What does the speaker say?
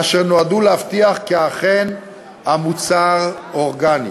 אשר נועדו להבטיח כי המוצר אכן מוצר אורגני,